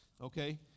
okay